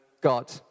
God